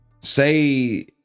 say